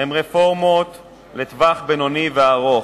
הן רפורמות לטווח בינוני וארוך,